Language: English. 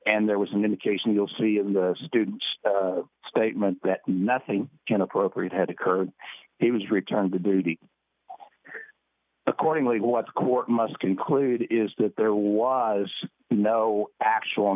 and there was an indication you'll see in the students statement that nothing in appropriate had occurred he was returned to duty accordingly what the court must conclude is that there was no actual